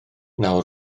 nawr